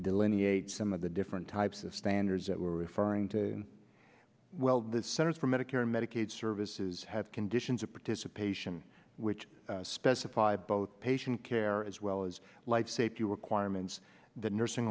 delineate some of the different types of standards that we're referring to well the centers for medicare and medicaid services have conditions of participation which specify both patient care as well as life safety requirements that nursing